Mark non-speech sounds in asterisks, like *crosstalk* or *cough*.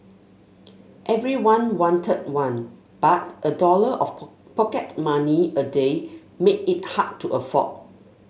everyone wanted one but a dollar of *unintelligible* pocket money a day made it hard to afford